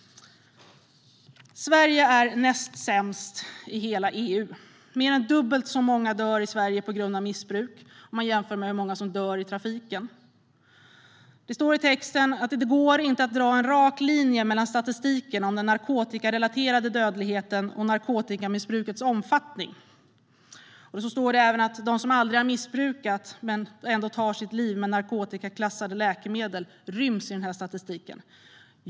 Sverige är näst sämst i hela EU när det gäller detta. Mer än dubbelt så många dör i Sverige på grund av missbruk om man jämför med hur många som dör i trafiken. Det står i texten att det inte går att dra en rak linje mellan statistiken över den narkotikarelaterade dödligheten och narkotikamissbrukets omfattning. Det står även att de som aldrig har missbrukat men ändå tar sitt liv med narkotikaklassade läkemedel ryms i statistiken.